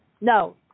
no